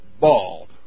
bald